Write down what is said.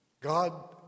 God